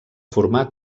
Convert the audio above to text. formar